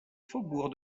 faubourg